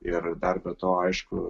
ir dar be to aišku